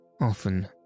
Often